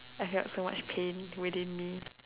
I felt so much pain within me